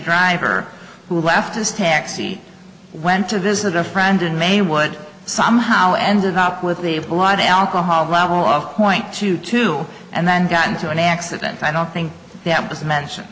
driver who left his taxi went to visit a friend in may would somehow ended up with a blood alcohol level of point two two and then got into an accident i don't think they have just mentioned